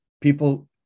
people